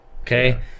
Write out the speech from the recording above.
Okay